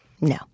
No